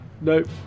Nope